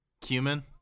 Cumin